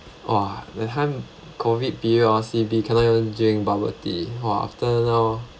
!wah! that time COVID period hor C_B cannot even drink bubble tea !wah! after now